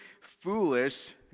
foolish